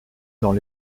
dans